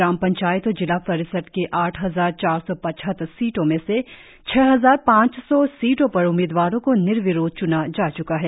ग्राम पंचायत और जिला परिषद की आठ हजार चार सौ पचहत्तर सीटों में से छह हजार पांच सौ सीटों पर उम्मीदवारो को निर्विरोध च्ना जा च्का है